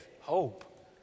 hope